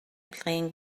playing